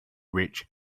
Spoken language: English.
rich